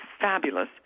fabulous